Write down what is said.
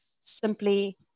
simply